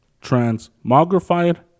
Transmogrified